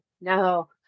No